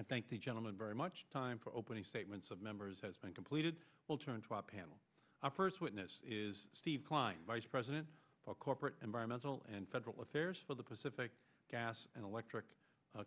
i thank the gentleman very much time for opening statements of members has been completed we'll turn to our panel our first witness is steve kline vice president of corporate environmental and federal affairs for the pacific gas and electric